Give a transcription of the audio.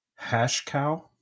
Hashcow